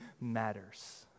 matters